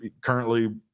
currently